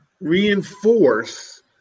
reinforce